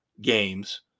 games